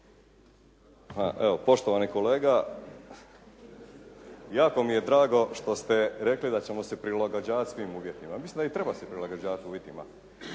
Poštovani kolega, jako mi je drago što ste rekli da ćemo se prilagođavati svim uvjetima. Mislim da i treba se prilagođavati uvjetima.